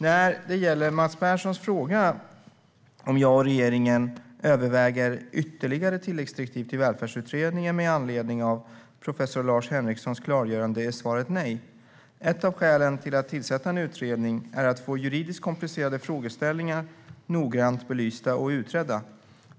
När det gäller Mats Perssons fråga om jag och regeringen överväger ytterligare tilläggsdirektiv till Välfärdsutredningen med anledning av professor Lars Henrikssons klargöranden är svaret nej. Ett av skälen till att tillsätta en utredning är att få juridiskt komplicerade frågeställningar noggrant belysta och utredda.